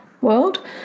world